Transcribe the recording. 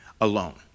alone